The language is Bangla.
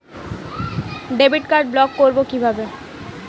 ডেবিট কার্ড ব্লক করব কিভাবে?